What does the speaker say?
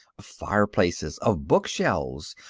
of fireplaces, of bookshelves,